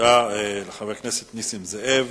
תודה לחבר הכנסת נסים זאב.